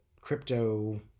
Crypto